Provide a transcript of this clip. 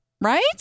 Right